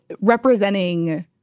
representing